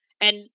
And-